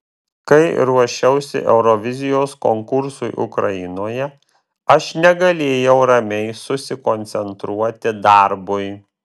kai ruošiausi eurovizijos konkursui ukrainoje aš negalėjau ramiai susikoncentruoti darbui